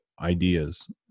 ideas